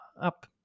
up